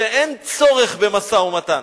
שאין צורך במשא-ומתן,